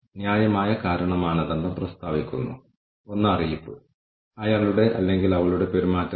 അതിനാൽ സംഭാവന നൽകാൻ നമ്മളുടെ വിഭവങ്ങൾ എത്രത്തോളം തയ്യാറാണെന്ന് നമ്മൾ വിലയിരുത്തുന്നു